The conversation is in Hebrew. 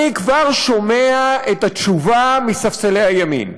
אני כבר שומע את התשובה מספסלי הימין.